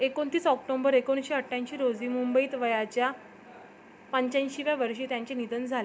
एकोणतीस ऑक्टोंबर एकोणीसशे अठ्ठ्याऐंशी रोजी मुंबईत वयाच्या पंच्याऐंशीव्या वर्षी त्यांचे निधन झाले